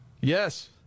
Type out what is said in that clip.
yes